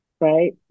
right